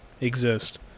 exist